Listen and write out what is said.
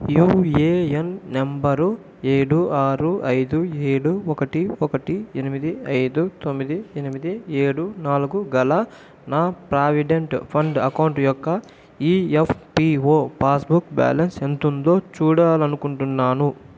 UAN number ఏడు ఆరు ఐదు ఏడు ఒకటి ఒకటి ఎనిమిది ఐదు తొమ్మిది ఎనిమిది ఏడు నాలుగు గల నా ప్రావిడెంట్ ఫండ్ అకౌంట్ యొక్క ఈఎఫ్పిఓ పాస్బుక్ బ్యాలన్స్ ఎంతుందో చూడాలని అనుకుంటున్నాను